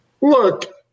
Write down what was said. Look